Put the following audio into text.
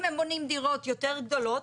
אם הם בונים דירות יותר גדולות,